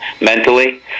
mentally